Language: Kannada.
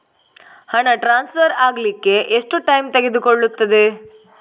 ಹಣ ಟ್ರಾನ್ಸ್ಫರ್ ಅಗ್ಲಿಕ್ಕೆ ಎಷ್ಟು ಟೈಮ್ ತೆಗೆದುಕೊಳ್ಳುತ್ತದೆ?